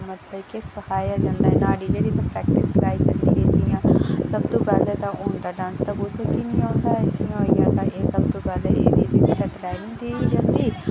की एह् सखाया जंदा ऐ ते न्हाड़ी बजह कन्नै प्रैक्टिस कराई जंदी ऐ ते सब तू पैह्लें दा होंदा डांस ते कीऽ निं औंदा ऐ ते एह् सखाया जंदा सब तू पैह्लें दित्ती जंदी